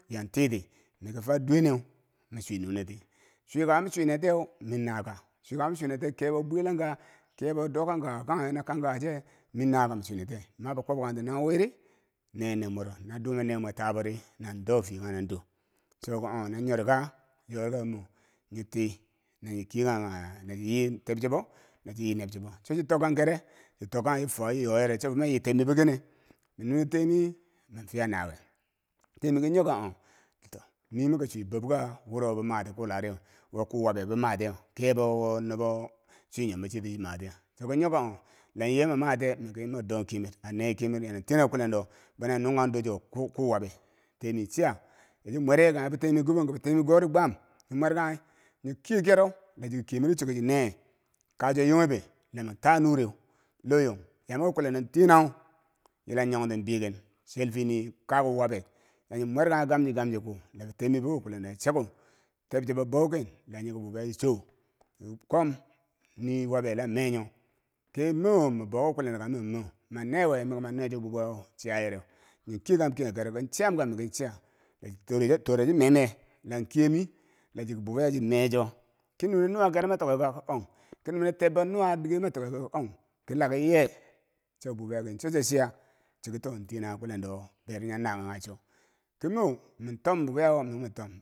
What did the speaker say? Yan titi mikifa duwe neu mechwi nuneti chwikako mechwi nentiyeu minna ka chwikako mechwi nentiyeu kebo bwelangka kebo dokangkako kanghe na kangkako che men naka me chwinentiye mabo kwob kangti no weri neye ner mwero no dome nere mweu tabo di no dofiye kanghe nando choke ong nonyori ka, yori kabo mo nyiti naghi keyekanghi kaghe nachi yi teb chebo, nachi yi nebchebbo chochi tokkankere chitokaghe chifo chiyoyere cho bomayi tebmebo kene menune teemi minfiya nawiye teemi meki nyoka, mi oh kito, mi miki chwi bobka wuro chi maati kuu ladiyeu wo kuu wabe bi mayitiyeu kebo wo nubo chwi nyombo che ti timatiyeu choki nyo ka? mi oh, la nye ma matiye? moki mado kemer a neye kemero la nan ten ka kulen do bo na nyi nungkang dor chuko wo kuu wabe, teemi chiya yachi mwerye kanghe bi teemi gubong, bi teemi gori gwam chii mwerkanghi, nyo kiye kero lachiki kemero chi choki chii neye ka chuwa nyoghebe la man ta nureu loyong yami kolendo tenanghu yila nyong ti begen chil fini koku wabe la chi mwerkanghi gamchi gamchi kuu la bi tebbo ke kulendo chokuu, tebchebo bouken la nyiki bubiyau nyi chou ki kom nii wabbe la menyo, ki mo ma bou ki kwilende ka? mim mo, ma newe? miki ma necho bubiyawo chiyayereu man kiyeranghum kiyekanghe kero kin chiya ye ka? miki chiya la tora chi tora chi meme la chuwemi la chiki bubiya chimecho, ki nune nuwa kero matokke ka? ki ong, to laki ye cho bubiya ki cho chi chiya chiki to, ntenanghu kwilendo wo beri nyan nakanghi kanghe cho. kimo min tom bubiyawo ka mi mantom.